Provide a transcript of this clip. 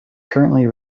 currently